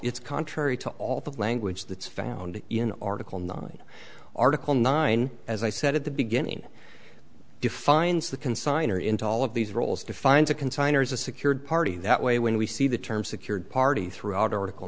it's contrary to all the language that's found in article nine article nine as i said at the beginning defines the consigner into all of these roles defines a consigner is a secured party that way when we see the term secured party throughout article